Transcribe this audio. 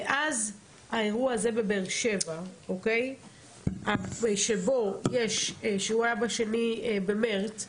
מאז האירוע הזה בבאר שבע, שהוא היה ב-2 במרץ,